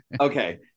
Okay